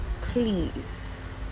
please